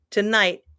Tonight